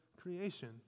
creation